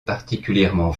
particulièrement